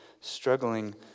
struggling